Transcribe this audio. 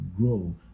grow